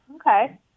Okay